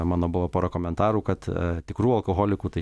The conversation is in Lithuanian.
mano buvo pora komentarų kad tikrų alkoholikų tai